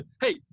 hey